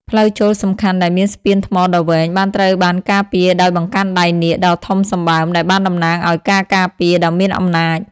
ផ្លូវចូលសំខាន់ដែលមានស្ពានថ្មដ៏វែងបានត្រូវបានការពារដោយបង្កាន់ដៃនាគដ៏ធំសម្បើមដែលបានតំណាងឲ្យការការពារដ៏មានអំណាច។